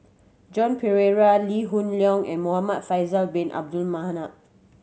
Joan Pereira Lee Hoon Leong and Muhamad Faisal Bin Abdul Manap